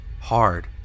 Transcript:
hard